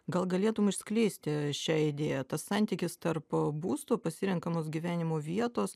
gal galėtum išskleisti šią idėją tas santykis tarp būsto pasirenkamos gyvenimo vietos